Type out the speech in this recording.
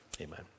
amen